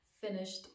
finished